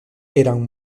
eran